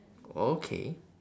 okay